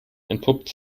entpuppt